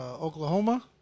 Oklahoma